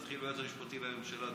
נתחיל ביועץ המשפטי לממשלה.